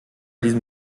diesem